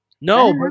No